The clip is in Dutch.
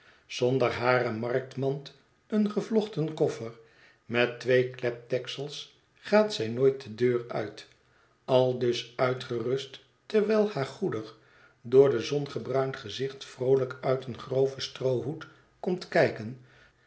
zonder hare marktmand een gevlochten koffer met twee klepdeksels gaat zij nooit de deur uit aldus uitgerust terwijl haar goedig door de zon gebruind gezicht vroohjk uit een groven stroohoed komt kijken